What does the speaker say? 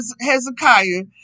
Hezekiah